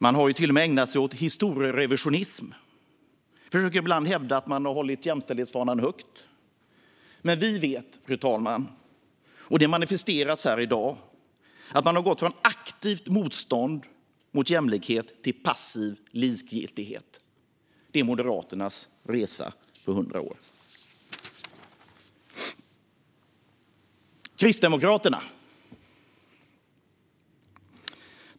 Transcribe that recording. Man har till och med ägnat sig åt historierevisionism och försöker ibland hävda att man hållit jämställdhetsfanan högt. Men vi vet, fru talman - och det manifesteras här i dag - att man har gått från aktivt motstånd mot jämlikhet till passiv likgiltighet. Det är Moderaternas resa på 100 år. Kristdemokraterna!